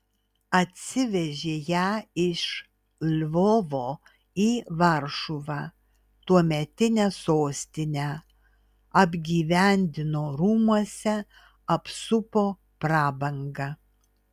atsivežė ją iš lvovo į varšuvą tuometinę sostinę apgyvendino rūmuose apsupo prabanga